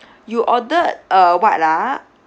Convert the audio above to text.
you ordered uh what ah